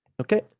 Okay